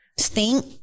stink